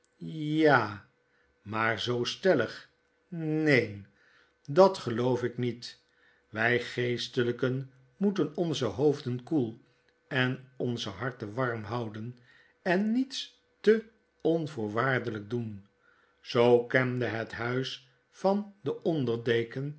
a maar zoo stellig n e e e n dat gel oof ik niet wy geestelyken moeten onze hoofden koel en onze harten warm houden en niets te onvoorwaardelyk doen zoo kende het huis van den onder deken